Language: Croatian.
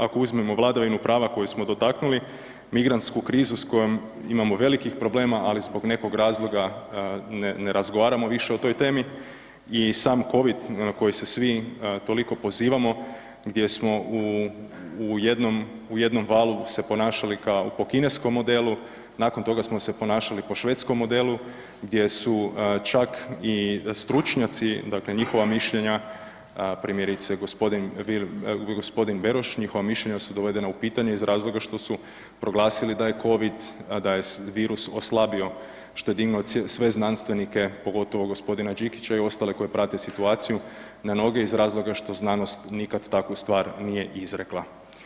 Ako uzmemo vladavinu prava koju smo dotaknuli, migrantsku krizu s kojom imamo velikih problema, ali zbog nekog razloga ne razgovaramo više o toj temi i sam Covid na koji se svi toliko pozivamo, gdje smo u jednom valu se ponašali kao po kineskom modelu, nakon toga smo se ponašali po Švedskom modelu gdje su čak i stručnjaci, dakle njihova mišljenja primjerice g. Beroš, njihova mišljenja su dovedena u pitanje iz razloga što su proglasili da je Covid, da je virus oslabio, što je dignulo sve znanstvenike, pogotovo g. Đikića i ostale koji prate situaciju na noge iz razloga što znanost nikad takvu stvar nije izrekla.